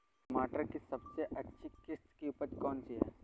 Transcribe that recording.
टमाटर की सबसे अच्छी किश्त की उपज कौन सी है?